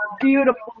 beautiful